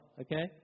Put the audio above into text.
okay